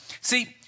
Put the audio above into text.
See